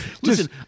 Listen